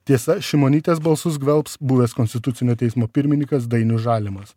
tiesa šimonytės balsus gvelbs buvęs konstitucinio teismo pirminikas dainius žalimas